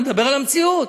אני מדבר על המציאות.